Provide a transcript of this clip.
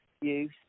use